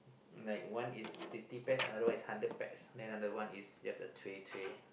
like one is sixty pack another one is hundred packs then the other one is just a tray tray